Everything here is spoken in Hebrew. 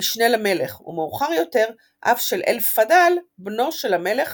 המשנה למלך, ומאוחר יותר אף של אלאפדל בנו של המלך